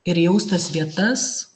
ir jaust tas vietas